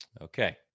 Okay